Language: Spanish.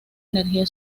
energía